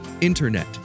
internet